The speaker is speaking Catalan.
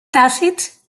tàcit